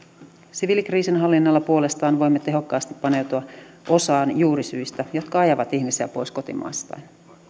siviilikriisinhallinnalla puolestaan voimme tehokkaasti paneutua osaan juurisyistä jotka ajavat ihmisiä pois kotimaastaan